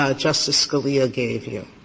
ah justice scalia gave you?